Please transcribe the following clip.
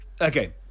Okay